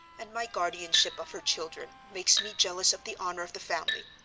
and my guardianship of her children, makes me jealous of the honor of the family.